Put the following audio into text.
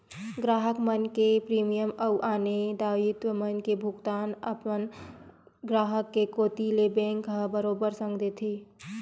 गराहक मन के प्रीमियम अउ आने दायित्व मन के भुगतान अपन ग्राहक के कोती ले बेंक ह बरोबर संग देथे